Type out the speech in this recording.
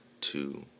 two